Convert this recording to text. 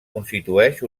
constitueix